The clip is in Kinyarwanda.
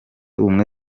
ubumwe